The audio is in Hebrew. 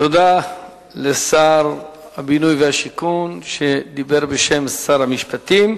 תודה לשר הבינוי והשיכון שדיבר בשם שר המשפטים.